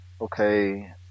okay